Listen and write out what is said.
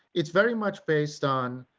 it's very much based on